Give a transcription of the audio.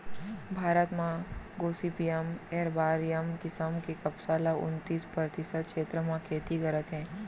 भारत म gossypium arboreum किसम के कपसा ल उन्तीस परतिसत छेत्र म खेती करत हें